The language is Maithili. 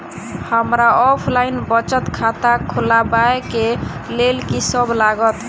हमरा ऑफलाइन बचत खाता खोलाबै केँ लेल की सब लागत?